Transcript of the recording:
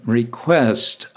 request